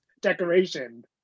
decoration